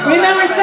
Remember